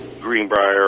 Greenbrier